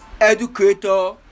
educator